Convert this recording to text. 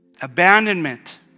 abandonment